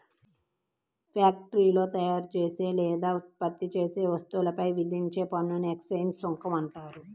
ఫ్యాక్టరీలో తయారుచేసే లేదా ఉత్పత్తి చేసే వస్తువులపై విధించే పన్నుని ఎక్సైజ్ సుంకం అంటారు